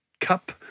cup